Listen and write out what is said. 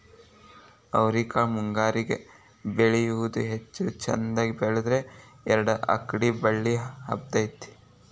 ಅವ್ರಿಕಾಳು ಮುಂಗಾರಿಗೆ ಬೆಳಿಯುವುದ ಹೆಚ್ಚು ಚಂದಗೆ ಬೆಳದ್ರ ಎರ್ಡ್ ಅಕ್ಡಿ ಬಳ್ಳಿ ಹಬ್ಬತೈತಿ